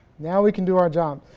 now we can do our job.